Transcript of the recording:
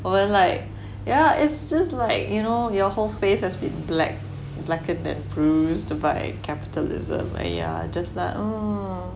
well then like yeah it's just like you know your whole face has been black blackened and bruised by capitalism and you're just like oh